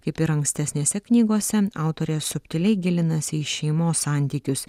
kaip ir ankstesnėse knygose autorė subtiliai gilinasi į šeimos santykius